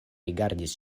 rigardis